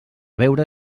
veure